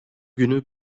günü